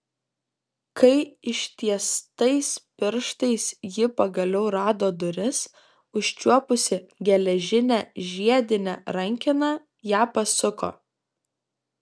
kai ištiestais pirštais ji pagaliau rado duris užčiuopusi geležinę žiedinę rankeną ją pasuko